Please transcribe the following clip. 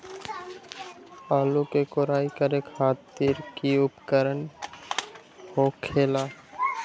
आलू के कोराई करे खातिर कोई उपकरण हो खेला का?